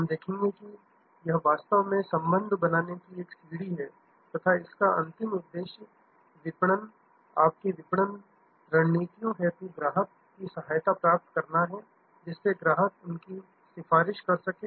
हम देखेंगे कि यह वास्तव में संबंध बनाने की एक सीढ़ी है तथा इसका अंतिम उद्देश्य विपणन आपकी विपणन रणनीतिओं हेतु ग्राहक की सहायता प्राप्त करना है जिससे ग्राहक उनकी सिफारिश कर सकें